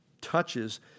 touches